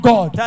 God